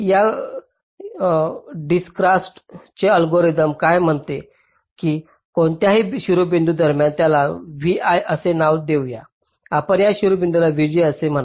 आता डिजकस्ट्राDijkstra'sचे अल्गोरिदम काय म्हणते की कोणत्याही शिरोबिंदू दरम्यान त्याला vi असे नाव देऊ या आपण या शिरोबिंदूला vj म्हणा